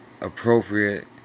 appropriate